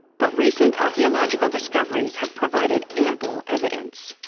but recent archaeological discoveries have provided ample evidence.